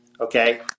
okay